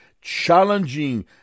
challenging